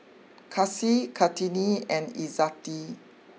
Kasih Kartini and Izzati